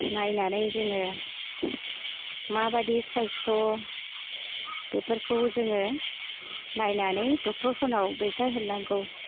नायनानै जोङो माबायदि सायस्थ बेफोरखौ जोङो नायनानै डक्टरफोरनाव दैथायहरनांगौ